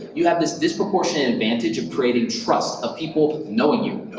you have this disproportionate advantage of creating trust of people knowing you.